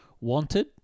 Wanted